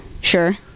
Sure